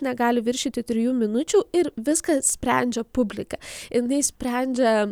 negali viršyti trijų minučių ir viską sprendžia publika jinai sprendžia